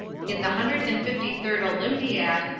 in the hundred and fifty-third olympiad,